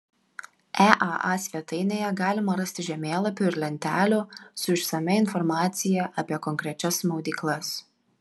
eaa svetainėje galima rasti žemėlapių ir lentelių su išsamia informacija apie konkrečias maudyklas